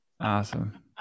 awesome